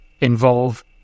involve